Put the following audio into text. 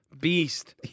Beast